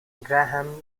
graham